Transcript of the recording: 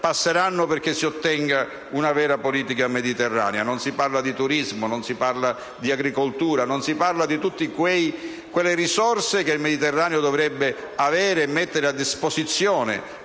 ancora prima che si ottenga una vera politica mediterranea. Non si parla di turismo, non si parla di agricoltura e di tutte quelle risorse che il Mediterraneo dovrebbe avere e mettere a disposizione